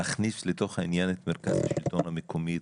להכניס לתוך העניין את מרכז השלטון המקומי,